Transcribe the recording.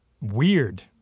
weird